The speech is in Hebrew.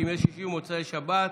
בימי שישי ובמוצאי שבת,